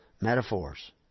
metaphors